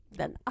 den